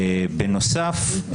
בנוסף,